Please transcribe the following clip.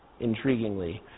intriguingly